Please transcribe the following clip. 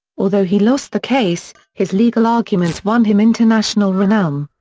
although he lost the case, his legal arguments won him international renown.